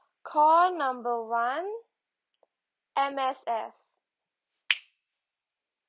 call number one M_S_F